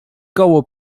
koło